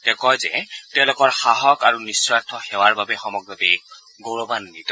তেওঁ কয় যে তেওঁলোকৰ সাহস আৰু নিস্বাৰ্থ সেৱাৰ বাবে সমগ্ৰ দেশ গৌৰবাগ্বিত